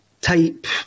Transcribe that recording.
type